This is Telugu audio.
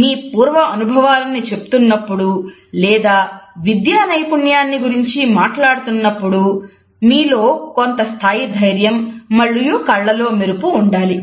మీ పూర్వ అనుభవాలని చెబుతున్నప్పుడు లేదా విద్యా నైపుణ్యాన్ని గురించి మాట్లాడుతున్నప్పుడు మీలో కొంత స్థాయి ధైర్యం మరియు కళ్ళలో మెరుపు ఉండాలి